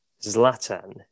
Zlatan